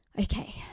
Okay